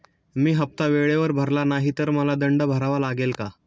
मी हफ्ता वेळेवर भरला नाही तर मला दंड भरावा लागेल का?